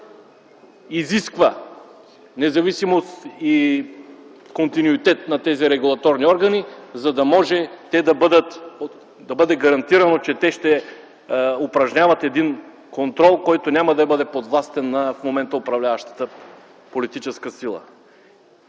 изисква независимост и континуитет на тези регулаторни органи, за да може да бъде гарантирано, че те ще упражняват един контрол, който няма да бъде подвластен на в момента управляващата политическа сила.